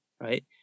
right